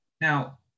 Now